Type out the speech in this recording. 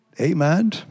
Amen